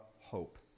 hope